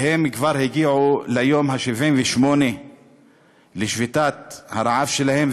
והם כבר הגיעו ליום ה-78 לשביתת הרעב שלהם,